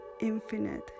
infinite